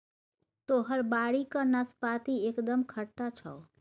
तोहर बाड़ीक नाशपाती एकदम खट्टा छौ